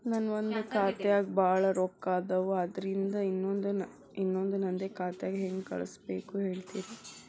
ನನ್ ಒಂದ್ ಖಾತ್ಯಾಗ್ ಭಾಳ್ ರೊಕ್ಕ ಅದಾವ, ಅದ್ರಾಗಿಂದ ಇನ್ನೊಂದ್ ನಂದೇ ಖಾತೆಗೆ ಹೆಂಗ್ ಕಳ್ಸ್ ಬೇಕು ಹೇಳ್ತೇರಿ?